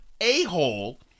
a-hole